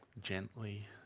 Gently